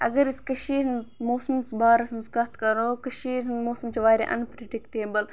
اگر أسۍ کٔشیٖرِ ہِنٛدِ موسمَس بارَس منٛز کَتھ کَرو کٔشیٖرِ ہُنٛد موسَم چھِ واریاہ اَنپِرٛڈِکٹیبٕل